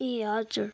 ए हजुर